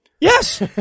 yes